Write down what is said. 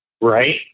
Right